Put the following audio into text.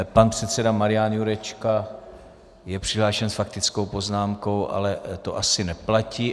Pan předseda Marian Jurečka je přihlášen s faktickou poznámkou, ale to asi neplatí.